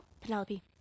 Penelope